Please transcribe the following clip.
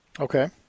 Okay